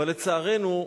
אבל, לצערנו,